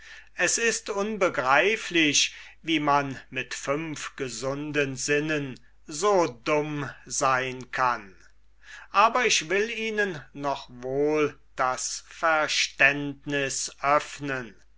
es ist unbegreiflich wie man mit fünf gesunden sinnen so dumm sein kann aber ich will ihnen noch wohl das verständnis öffnen